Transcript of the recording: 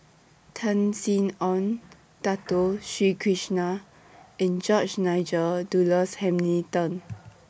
Tan Sin Aun Dato Sri Krishna and George Nigel Douglas Hamilton